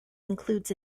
includes